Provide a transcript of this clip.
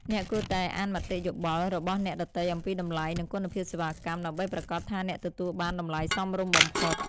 អ្នកគួរតែអានមតិយោបល់ របស់អ្នកដទៃអំពីតម្លៃ និងគុណភាពសេវាកម្ម ដើម្បីប្រាកដថាអ្នកទទួលបានតម្លៃសមរម្យបំផុត។